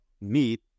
meat